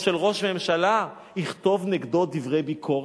או של ראש הממשלה, יכתוב נגדו דברי ביקורת,